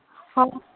ହଁ